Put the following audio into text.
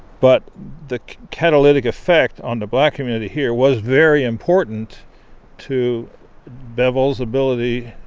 but the catalytic effect on the black community here was very important to bevel's ability